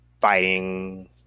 fighting